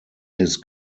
his